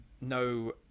no